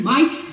Mike